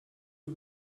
yüz